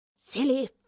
Silly